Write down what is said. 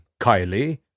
Kylie